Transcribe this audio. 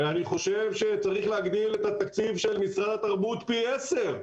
אני חושב שצריך להגדיל את התקציב של משרד התרבות פי עשרה,